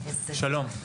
שלום.